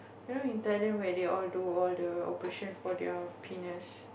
you know in Thailand where they all do all the operation for their penis